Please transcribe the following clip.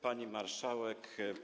Pani Marszałek!